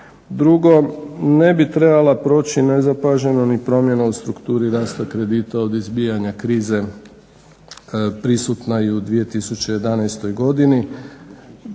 Drugo, ne bi trebala proći nezapaženo ni promjena u strukturi rasta kredita od izbijanja krize prisutna i u 2011. godini.